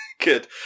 Good